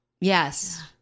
yes